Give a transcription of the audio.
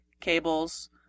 cables